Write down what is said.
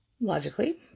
logically